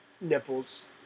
nipples